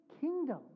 kingdom